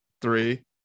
three